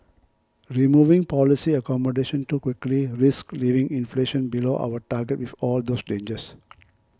removing policy accommodation too quickly risks leaving inflation below our target with all those dangers